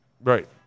Right